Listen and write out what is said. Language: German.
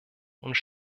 uns